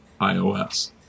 iOS